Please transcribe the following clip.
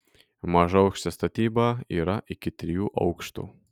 mažaaukštė statyba yra iki trijų aukštų